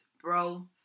bro